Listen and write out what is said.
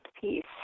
peace